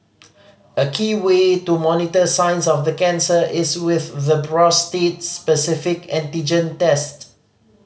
a key way to monitor signs of the cancer is with the prostate specific antigen test